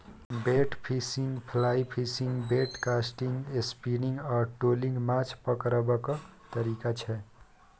bait fishing, fly fishing, bait casting, spinning आ trolling माछ पकरबाक तरीका छै